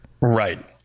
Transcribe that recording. Right